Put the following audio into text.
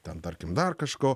ten tarkim dar kažko